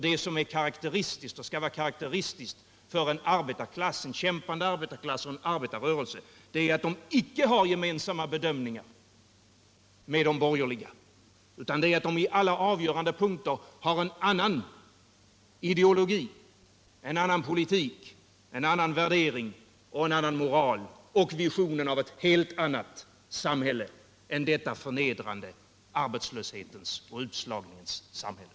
Det som skall vara karakteristiskt för en kämpande arbetarklass och arbetarrörelse är ju att den icke har med de borgerliga gemensamma bedömningar, utan på alla avgörande punkter en annan ideologi, en annan politik, en annan värdering och en annan moral — och visionen av ett helt annat samhälle än detta förnedrande arbetslöshetens och utslagningens samhälle.